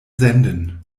senden